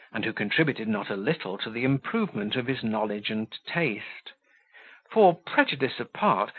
and who contributed not a little to the improvement of his knowledge and taste for, prejudice apart,